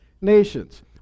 Nations